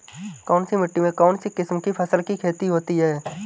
कौनसी मिट्टी में कौनसी किस्म की फसल की खेती होती है?